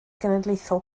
genedlaethol